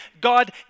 God